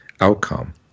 outcome